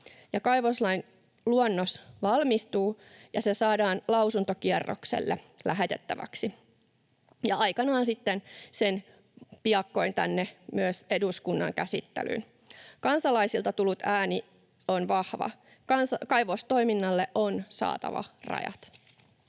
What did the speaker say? kaivoslain luonnos valmistuu ja se saadaan lausuntokierrokselle lähetettäväksi ja aikanaan sitten piakkoin myös tänne eduskunnan käsittelyyn. Kansalaisilta tullut ääni on vahva: kaivostoiminnalle on saatava rajat.